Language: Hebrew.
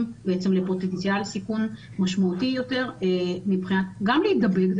בפוטנציאל סיכון משמעותי יותר גם להידבק.